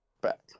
back